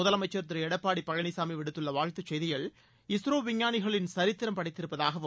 முதலமைச்சர் திரு எடப்பாடி பழனிசாமி விடுத்துள்ள வாழ்த்து செய்தியில் இஸ்ரோ விஞ்ஞானிகள் சரித்திரம் படைத்திருப்பதாகவும்